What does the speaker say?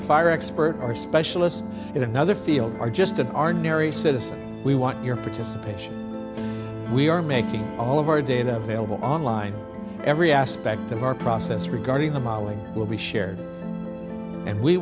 fire expert or specialist in another field or just an r narry citizen we want your participation we are making all of our data available online every aspect of our process regarding the modeling will be shared and we